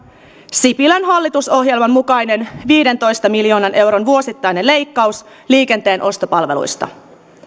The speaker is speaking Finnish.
sipilän hallitusohjelman mukainen viidentoista miljoonan euron vuosittainen leikkaus liikenteen ostopalveluista